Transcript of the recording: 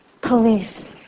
police